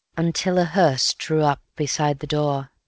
until a hearse drew up beside the door.